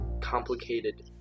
complicated